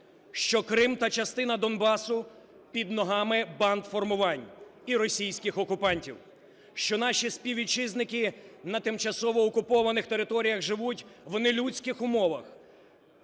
що Крим та частина Донбасу під ногами бандформувань і російських окупантів, що наші співвітчизники на тимчасово окупованих територіях живуть в нелюдських умовах,